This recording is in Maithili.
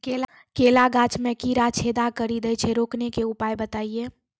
केला गाछ मे कीड़ा छेदा कड़ी दे छ रोकने के उपाय बताइए?